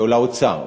או לאוצר,